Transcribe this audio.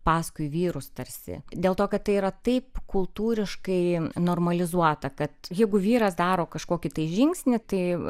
paskui vyrus tarsi dėl to kad tai yra taip kultūriškai normalizuota kad jeigu vyras daro kažkokį žingsnį tai